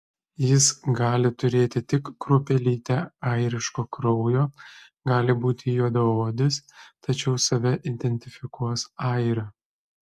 jis gali turėti tik kruopelytę airiško kraujo gali būti juodaodis tačiau save identifikuos airiu